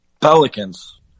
Pelicans